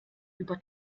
über